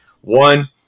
One